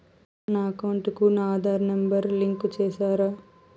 నా అకౌంట్ కు నా ఆధార్ నెంబర్ లింకు చేసారా